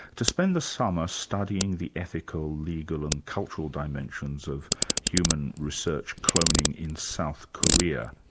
to spend the summer studying the ethical, legal and cultural dimensions of human research cloning in south korea.